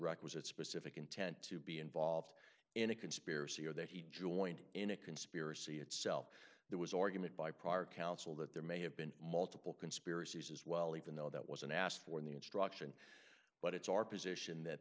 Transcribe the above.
requisite specific intent to be involved in a conspiracy or that he joined in a conspiracy itself that was organized by prior counsel that there may have been multiple conspiracies as well even though that wasn't asked for the instruction but it's our position that